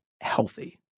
healthy